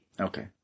Okay